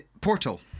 Portal